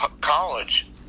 college